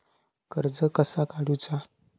कर्ज कसा काडूचा?